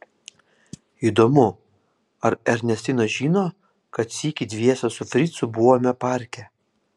įdomu ar ernestina žino kad sykį dviese su fricu buvome parke